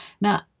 Now